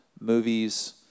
movies